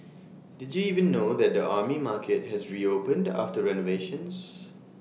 did you even know that the Army Market has reopened after renovations